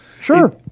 Sure